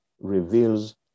reveals